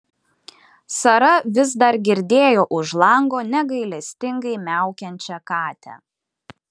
sara vis dar girdėjo už lango negailestingai miaukiančią katę